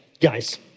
guys